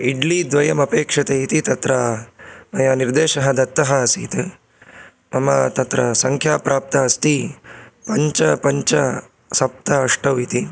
इड्ली द्वयम् अपेक्ष्यते इति तत्र मया निर्देशः दत्तः आसीत् मम तत्र सङ्ख्या प्राप्ता अस्ति पञ्च पञ्च सप्त अष्ट इति